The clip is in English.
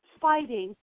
fighting